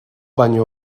baino